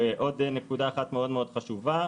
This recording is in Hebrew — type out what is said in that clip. ועוד נקודה אחת מאוד מאוד חשובה